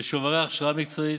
לשוברי הכשרה מקצועית,